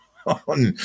On